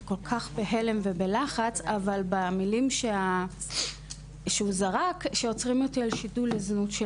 כל כך בהלם ובלחץ אבל במילים שהוא זרק שעוצרים אותי על שידול לזנות של